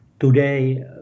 today